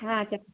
చెప్పు